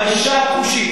באשה הכושית,